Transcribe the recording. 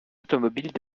automobiles